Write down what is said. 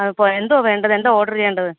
ആ ഇപ്പോൾ എന്തുവാണ് വേണ്ടത് എന്തുവാണ് ഓർഡർ ചെയ്യേണ്ടത്